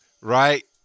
right